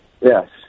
Yes